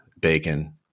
bacon